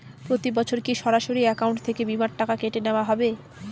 প্রতি বছর কি সরাসরি অ্যাকাউন্ট থেকে বীমার টাকা কেটে নেওয়া হবে?